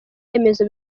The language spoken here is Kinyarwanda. remezo